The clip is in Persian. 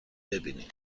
ببینیم